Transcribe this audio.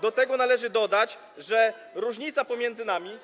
Do tego należy dodać, że różnica pomiędzy nami.